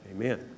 Amen